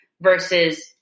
versus